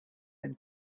been